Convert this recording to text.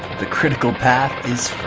the critical path